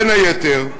בין היתר,